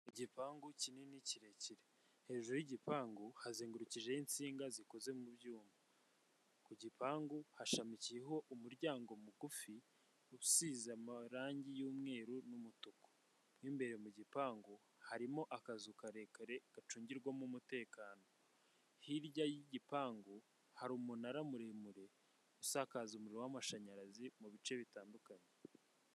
Igipangu kinini kirekire hejuru y'igipangu hazengurukijeho insinga zikoze mu byuma, ku gipangu hashamikiyeho umuryango mugufi usize amarangi y'umweru n'umutuku, mu imbere mu gipangu harimo akazu karekare gacungirwamo umutekano hirya y'igipangu hari umunara muremure usakaza umuriro w'amashanyarazi mu bice bitandukanye.